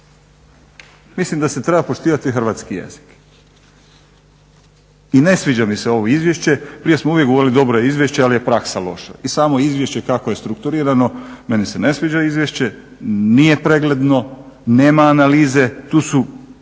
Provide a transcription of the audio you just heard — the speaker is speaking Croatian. Mislim da se treba poštivati hrvatski jezik. I ne sviđa mi se ovo izvješće. Prije smo uvijek govorili dobro je izvješće ali je praksa loša i samo izvješće kako je strukturirano, meni se ne sviđa izvješće, nije pregledno, nema analize. Tu su